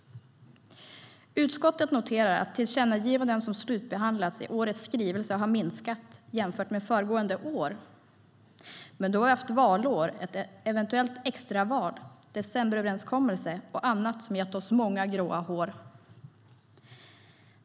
Utskottet noterar att den andel tillkännagivanden som slutbehandlats i årets skrivelse har minskat jämfört med föregående år. Men då har vi haft valår, ett eventuellt extraval, en decemberöverenskommelse och annat som gett oss många gråa hår.